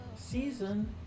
season